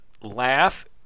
laugh